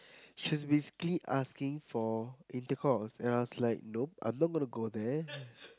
she was basically asking for intercourse and I was like nope I'm not gonna go there